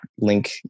link